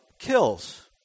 kills